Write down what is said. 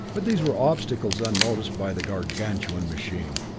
but these were obstacles unnoticed by the gargantuan machine.